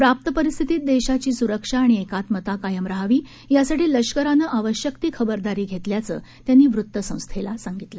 प्राप्त परिस्थितीत देशाची स्रक्षा आणि एकात्मता कायम राहावी यासाठी लष्करानं आवश्यक ती खबरदारी घेतल्याचं त्यांनी वृतसंस्थेला सांगितलं